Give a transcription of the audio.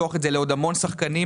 לפתוח את זה לעוד המון שחקנים,